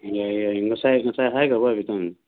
ꯌꯥꯏ ꯌꯥꯏ ꯉꯁꯥꯏ ꯉꯁꯥꯏ ꯍꯥꯏꯈ꯭ꯔꯕꯣ ꯍꯥꯏꯐꯦꯠꯇꯪ